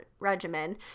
regimen